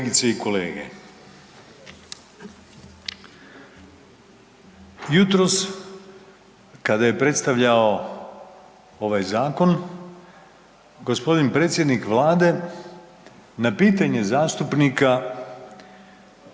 Kolegice i kolege. Jutros kada je predstavljao ovaj Zakon gospodin predsjednik Vlade na pitanje zastupnika